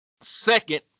Second